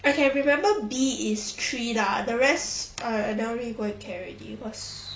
I can remember B is three lah the rest uh I never really go and care already cause